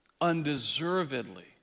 undeservedly